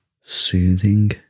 soothing